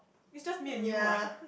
it's just me and you !wah!